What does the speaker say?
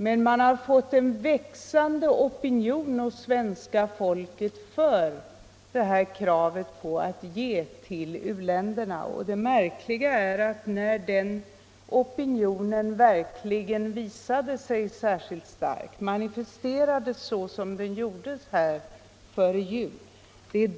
Men man har fått en växande opinion hos svenska folket för kravet på att ge till u-länderna. Det märkliga är att när den opinionen verkligen visade sig särskilt stark och manifesterades såsom den gjorde här före jul,